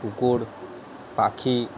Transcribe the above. কুকুর পাখি